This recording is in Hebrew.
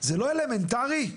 זה אלמנטרי?